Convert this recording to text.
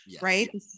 right